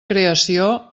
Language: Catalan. creació